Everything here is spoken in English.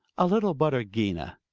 a little butter, gina.